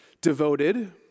devoted